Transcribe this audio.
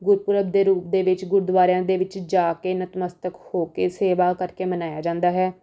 ਗੁਰਪੁਰਬ ਦੇ ਰੂਪ ਦੇ ਵਿੱਚ ਗੁਰਦੁਆਰਿਆਂ ਦੇ ਵਿੱਚ ਜਾ ਕੇ ਨਤਮਸਤਕ ਹੋ ਕੇ ਸੇਵਾ ਕਰਕੇ ਮਨਾਇਆ ਜਾਂਦਾ ਹੈ